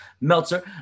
Meltzer